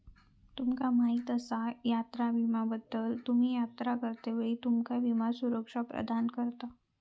तुमका माहीत आसा यात्रा विम्याबद्दल?, तुम्ही यात्रा करतेवेळी तुमका विमा सुरक्षा प्रदान करता